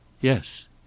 Yes